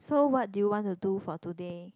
so what do you want to do for today